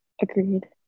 Agreed